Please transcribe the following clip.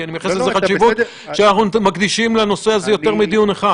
כי אני מייחס לזה חשיבות שאנחנו מקדישים לנושא הזה יותר מדיון אחד.